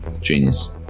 Genius